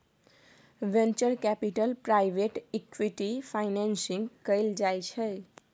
venture capital private equity financing कएल जाइ छै